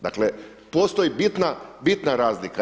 Dakle, postoji bitna razlika.